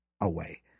away